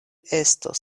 estos